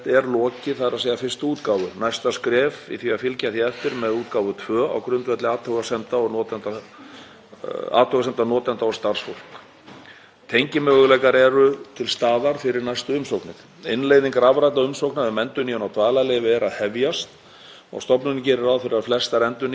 Tengimöguleikar eru til staðar fyrir næstu umsóknir. Innleiðing rafrænna umsókna um endurnýjun á dvalarleyfi er að hefjast og stofnunin gerir ráð fyrir að flestar endurnýjanir verði orðnar rafrænar í lok árs. Þá verða um 50% af öllum umsóknum orðnar rafrænar og áætlað að árið 2023 verði allar umsóknir orðnar rafrænar.